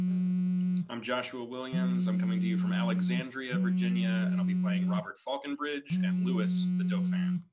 i'm joshua williams. i'm coming to you from alexandria, virginia, and i'll be playing robert falconbridge and lewis the dauphin.